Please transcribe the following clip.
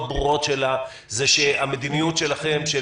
ברורות של הוועדה היא שהמדיניות שלכם,